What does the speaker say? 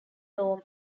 loam